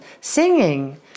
Singing